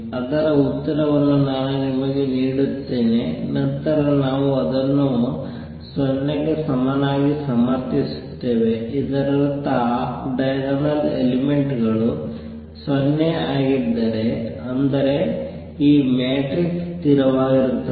ಅದರ ಉತ್ತರವನ್ನು ನಾನು ನಿಮಗೆ ನೀಡುತ್ತೇನೆ ನಂತರ ನಾವು ಅದನ್ನು 0 ಗೆ ಸಮನಾಗಿ ಸಮರ್ಥಿಸುತ್ತೇವೆ ಇದರರ್ಥ ಆಫ್ ಡೈಯಗನಲ್ ಎಲಿಮೆಂಟ್ ಗಳು 0 ಆಗಿದ್ದರೆ ಅಂದರೆ ಈ ಮ್ಯಾಟ್ರಿಕ್ಸ್ ಸ್ಥಿರವಾಗಿರುತ್ತದೆ